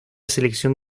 selección